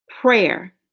Prayer